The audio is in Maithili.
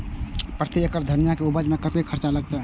प्रति एकड़ धनिया के उपज में कतेक खर्चा लगते?